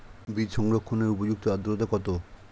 বীজ সংরক্ষণের উপযুক্ত আদ্রতা কত?